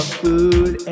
food